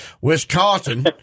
Wisconsin